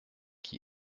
qui